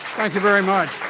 thank you very much.